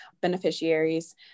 beneficiaries